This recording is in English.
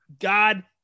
God